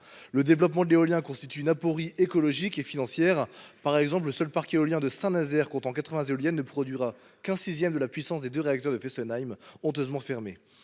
Le développement de l’éolien constitue une aporie écologique et financière. Par exemple, le parc éolien de Saint Nazaire, comptant pourtant 80 éoliennes, ne produira qu’un sixième de la puissance des deux réacteurs de Fessenheim, honteusement fermés.